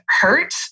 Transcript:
hurt